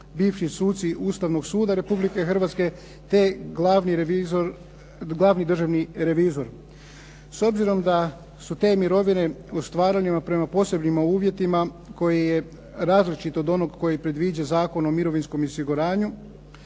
bivši suci Ustavnog suda Republike Hrvatske, te glavni državni revizor. S obzirom da su te mirovine ostvarene prema posebnim uvjetima koji je različit od onog koji predviđa Zakon o mirovinskom osiguranju,